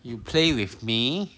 you play with me